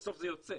בסוף זה יוצא.